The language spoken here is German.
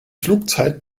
flugzeit